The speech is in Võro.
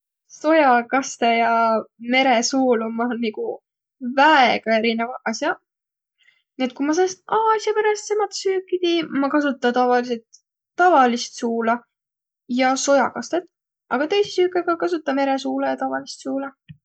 Sojakastõq ja meresuul ommaq nigu väega erineväq as'aq. Nii et ku ma säänest aasiaperätsembät süüki tii, ma kasuta tavalidsõlt tavalist suula ja sojakastõt, aga tõisi süükega kasuta meresuula ja tavalist suula.